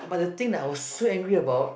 but the thing I was so angry about